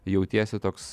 jautiesi toks